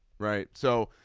right. so.